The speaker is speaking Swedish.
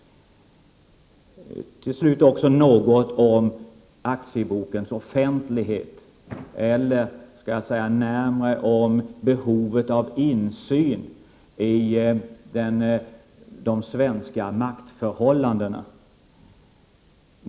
Till slut också något om aktiebokens offentlighet, eller närmare om behovet av insyn i de svenska maktförhållandena.